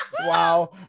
wow